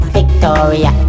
Victoria